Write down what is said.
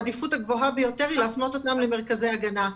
העדיפות הגבוהה ביותר היא להפנות אותם למרכזי הגנה,